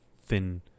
thin